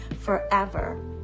forever